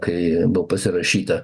kai buvo pasirašyta